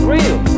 real